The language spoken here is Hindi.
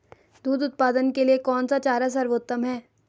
दूध उत्पादन के लिए कौन सा चारा सर्वोत्तम है?